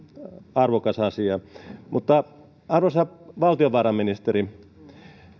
arvokas asia arvoisa valtiovarainministeri